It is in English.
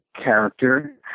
character